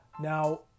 Now